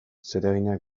zereginak